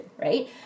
Right